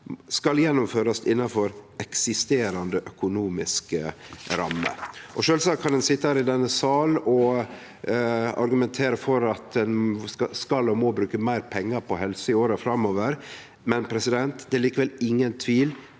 skal gjennomførast innanfor eksisterande økonomiske rammer. Sjølvsagt kan ein sitje i denne salen og argumentere for at ein skal og må bruke meir pengar på helse i åra framover, men det er likevel ingen tvil: